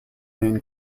main